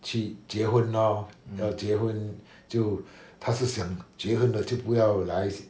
去结婚 lor 要结婚就他是想结婚了就不要来